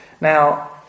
Now